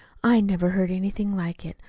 i never heard anything like it.